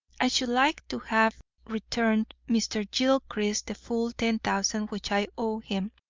i should like to have returned mr. gilchrist the full ten thousand which i owe him,